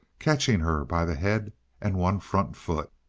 catching her by the head and one front foot.